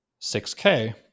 6K